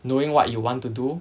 knowing what you want to do